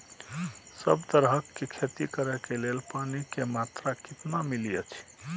सब तरहक के खेती करे के लेल पानी के मात्रा कितना मिली अछि?